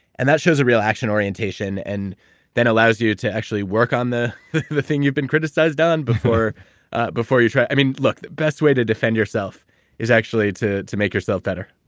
and that shows a real action orientation, and then allows you to actually work on the other thing you've been criticized on, before before you try i mean, look, the best way to defend yourself is actually to to make yourself better